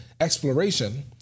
exploration